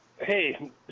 Hey